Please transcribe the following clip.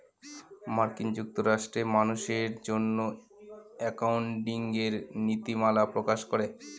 মার্কিন যুক্তরাষ্ট্রে মানুষের জন্য একাউন্টিঙের নীতিমালা প্রকাশ করে